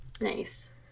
nice